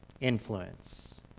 Influence